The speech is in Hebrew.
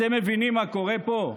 אתם מבינים מה קורה פה?